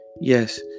yes